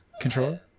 Controller